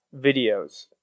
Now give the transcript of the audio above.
videos